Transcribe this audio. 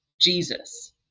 Jesus